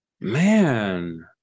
man